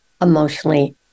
emotionally